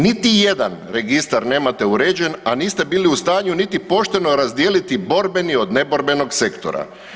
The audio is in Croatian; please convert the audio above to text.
Niti jedan registar nemate uređen, a niste bili u stanju niti pošteno razdijeliti borbeni od neborbenog sektora.